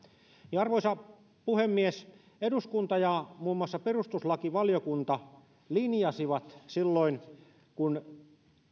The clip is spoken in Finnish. arvoisa puhemies eduskunta ja muun muassa perustuslakivaliokunta linjasivat silloin kun